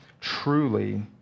Truly